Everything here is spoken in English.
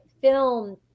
film